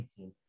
18